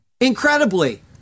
incredibly